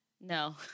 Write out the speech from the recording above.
no